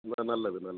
ந நல்லது நல்லது